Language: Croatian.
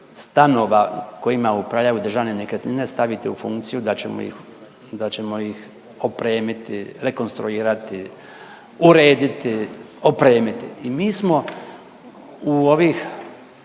stanova kojima upravljaju državne nekretnine staviti u funkciju, da ćemo ih, da ćemo ih opremiti, rekonstruirati, urediti, opremiti. I mi smo u ovih